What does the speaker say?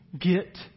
get